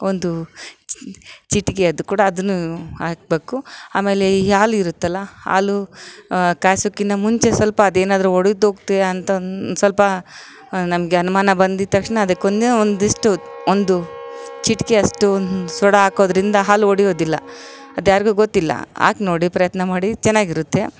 ಒಂದು ಚಿಟಿಕೆ ಅದು ಕೂಡ ಅದನ್ನು ಹಾಕ್ಬೇಕು ಆಮೇಲೆ ಈ ಹಾಲು ಇರುತ್ತಲ್ಲ ಹಾಲು ಕಾಯ್ಸೋಕಿನ್ನ ಮುಂಚೆ ಸ್ವಲ್ಪ ಅದೇನಾದರು ಒಡೆದು ಹೋಗ್ತೇ ಅಂತ ಸ್ವಲ್ಪ ನಮಗೆ ಅನುಮಾನ ಬಂದಿದ ತಕ್ಷಣ ಅದಕ್ಕೊನ್ನೇ ಒಂದಿಷ್ಟು ಒಂದು ಚಿಟಿಕೆಯಷ್ಟು ಒಂದು ಸೋಡಾ ಹಾಕೋದರಿಂದ ಹಾಲು ಒಡೆಯೋದಿಲ್ಲ ಅದು ಯಾರಿಗೂ ಗೊತ್ತಿಲ್ಲ ಹಾಕ್ ನೋಡಿ ಪ್ರಯತ್ನ ಮಾಡಿ ಚೆನ್ನಾಗಿರುತ್ತೆ